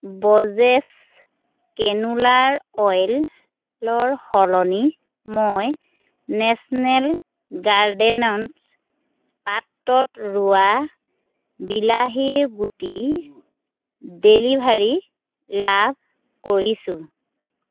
Borges canola অইলৰ সলনি মই নেশ্যনেল গাৰ্ডেনছ পাত্ৰত ৰোৱা বিলাহীৰ গুটিৰ ডেলিভাৰী লাভ কৰিছোঁ